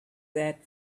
that